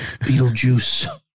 Beetlejuice